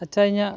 ᱟᱪᱪᱷᱟ ᱤᱧᱟᱹᱜ